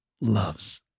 loves